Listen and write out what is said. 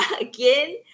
again